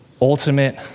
ultimate